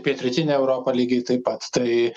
pietrytinė europa lygiai taip pat tai